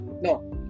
no